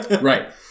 Right